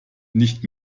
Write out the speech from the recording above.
nicht